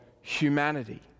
humanity